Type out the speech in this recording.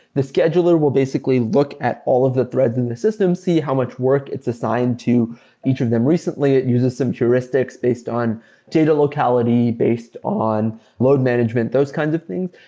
the scheduler will basically look at all of the threads in the system. see how much work it's assigned to each of them recently. it uses some heuristics based on data locality, based on load management, those kinds of things.